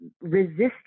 resist